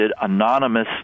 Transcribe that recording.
anonymous